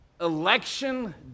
election